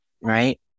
Right